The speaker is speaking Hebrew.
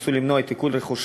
ניסו למנוע את עיקול רכושם,